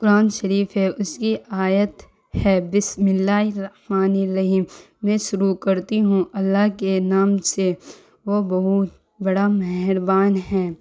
قرآن شریف ہے اس کی آیت ہے بسم اللہ الرحمن الرحیم میں شروع کرتی ہوں اللہ کے نام سے وہ بہت بڑا مہربان ہیں